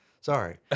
Sorry